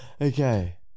Okay